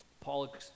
Paul